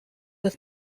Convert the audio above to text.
with